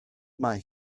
mae